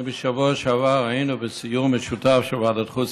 בשבוע שעבר היינו בסיור משותף של ועדת החוץ